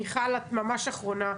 מיכל, את ממש אחרונה.